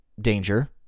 danger